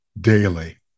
daily